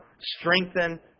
strengthen